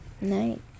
night